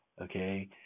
Okay